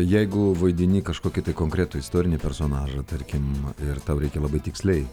jeigu vaidini kažkokį konkretų istorinį personažą tarkim ir tau reikia labai tiksliai